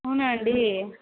అవునా అండి